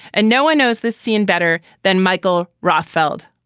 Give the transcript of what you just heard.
and no one knows the scene better than michael rothfeld